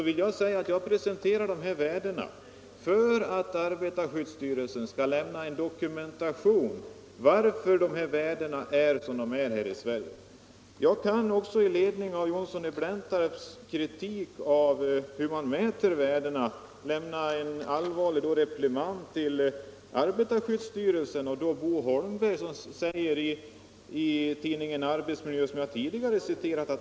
Men jag presenterade de här värdena för att arbetarskyddsstyrelsen skall lämna en dokumentation i fråga om varför värdena är som de är i Sverige. Jag kan också med anledning av herr Johnssons kritik av hur man mäter värdena nämna att arbetarskyddsstyrelsen har fått en allvarlig reprimand av Bo Holmberg i tidningen Arbetsmiljö, som jag tidigare har citerat.